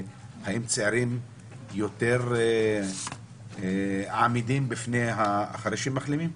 והאם הצעירים יותר עמידים מאשר החדשים מחלימים?